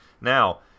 Now